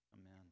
amen